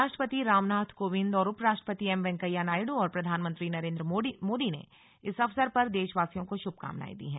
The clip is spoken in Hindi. राष्ट्रपति रामनाथ कोविन्द और उपराष्ट्रपति एम वेंकैया नायडू और प्रधानमंत्री नरेन्द्र मोदी ने इस अवसर पर देशवासियों को शुभकामनाएं दी हैं